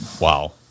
wow